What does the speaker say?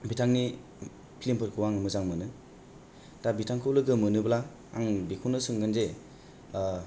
बिथांनि फ्लिमफोरखौ आङो मोजां मोनो दा बिथांखौ लोगो मोनोब्ला आं बेखौनो सोंगोन जे